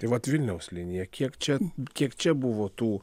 tai vat vilniaus linija kiek čia kiek čia buvo tų